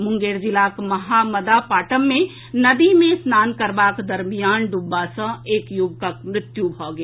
मुंगेर जिलाक महमदा पाटम मे नदी मे स्नान करबाक दरमियान डूबबा सँ एक युवकक मृत्यु भऽ गेल